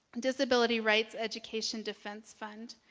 disability rights education defense fund.